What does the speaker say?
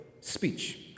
speech